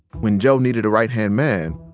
when joe needed a right-hand man,